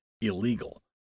illegal